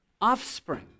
offspring